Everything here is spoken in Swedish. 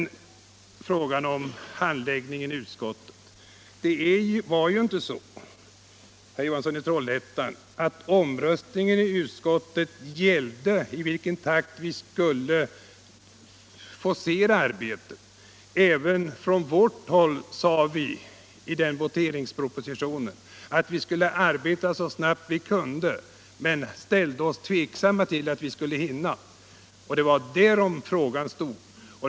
Så har vi frågan om handläggningen i utskottet. Omröstningen i utskottet, herr Johansson i Trollhättan, gällde ju inte i vilken takt vi skulle forcera arbetet. Även vi sade, när vi kom till voteringspropositionen, att utskottet skulle arbeta så snabbt det kunde, men vi ställde oss tveksamma till att det skulle hinna. Det var därom frågan stod.